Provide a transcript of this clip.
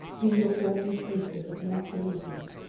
three or four big posters of monster meetings,